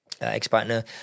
ex-partner